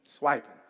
Swiping